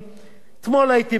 אתמול הייתי בבית כזה,